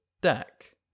deck